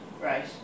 right